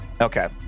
Okay